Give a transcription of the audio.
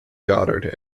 goddard